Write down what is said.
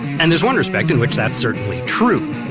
and there's one respect in which that's certainly true.